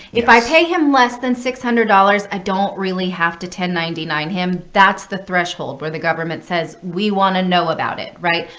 if i pay him less than six hundred dollars, i don't really have to ninety nine him. that's the threshold where the government says, we want to know about it, right?